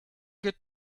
good